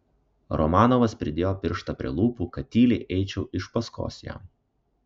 romanovas pridėjo pirštą prie lūpų kad tyliai eičiau iš paskos jam